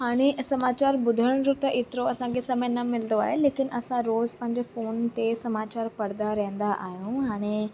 हाणे समाचार ॿुधण जो त एतिरो असांखे समय न मिलंदो आहे लेकिन असां रोज़ पंहिंजे फ़ोन ते समाचार पढ़ंदा रहंदा आहियूं हाणे